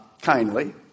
kindly